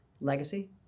legacy